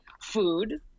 Food